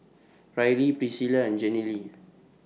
Riley Priscila and Jenilee